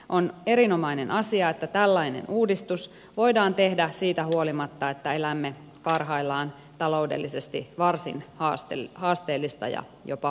on erinomainen asia että tällainen uudistus voidaan tehdä siitä huolimatta että elämme parhaillaan taloudellisesti varsin haasteellista ja jopa vaikeaa aikaa